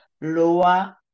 lower